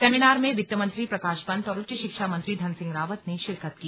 seminar में वित्त मंत्री प्रकाश पंत और उच्च शिक्षा मंत्री धन सिंह रावत ने शिरकत की